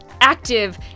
active